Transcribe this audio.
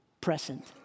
present